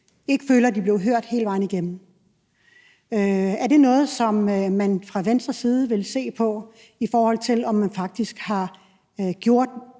ikke føler, at de blev hørt hele vejen igennem. Er det noget, som man fra Venstres side vil se på, i forhold til om man faktisk har gjort